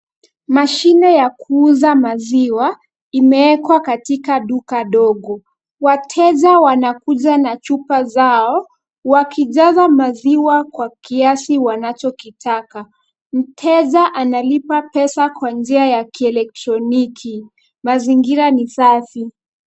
Mashine ya kuuza maziwa, imeekwa katika duka dogo. Wateja wanakuja na chupa zao, wakijaza maziwa kwa kiasi wanachokitaka. Mteja analipa pesa kwa njia ya kielektroniki. Mazingira ni safi.